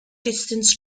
distance